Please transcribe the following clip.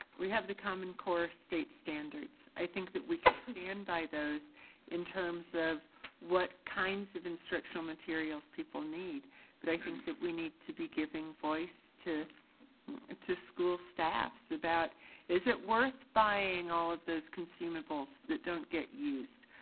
we have the common core state standards. i think that we can stand by those in terms of what kinds of instructional materials people need but i think that we need to be giving voice to and to school staffs about is it worth buying all of those consumables that don't get used?